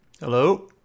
Hello